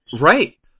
Right